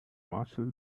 marshall